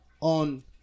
on